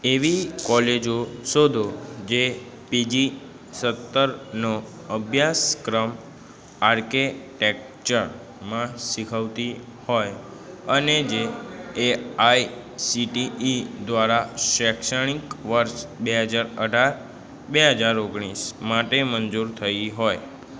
એવી કોલેજો શોધો જે પીજી સ્તરનો અભ્યાસક્રમ આર્કિટેક્ચરમાં શીખવતી હોય અને જે એઆઇસીટીઇ દ્વારા શૈક્ષણિક વર્ષ બે હજાર અઢાર બે હજાર ઓગણીસ માટે મંજૂર થઇ હોય